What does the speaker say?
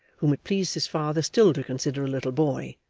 whom it pleased his father still to consider a little boy,